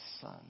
Son